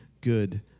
good